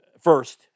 first